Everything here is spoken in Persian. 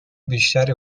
بیشتری